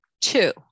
two